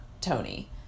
Tony